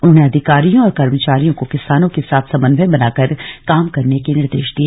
उन्होंने अधिकारियों और कर्मचारियों को किसानों के साथ समन्वय बनाकर काम करने के निर्देश दिए